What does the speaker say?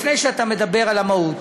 לפני שאתה מדבר על המהות,